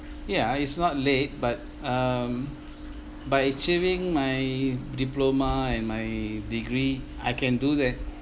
ya it's not late but um by achieving my diploma and my degree I can do that